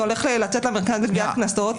זה הולך לצאת למרכז לגביית קנסות",